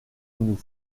nous